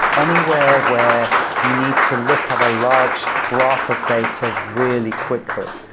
anywhere where you need to look at a large graph of data really quickly.